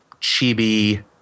chibi